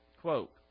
Quote